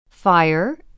Fire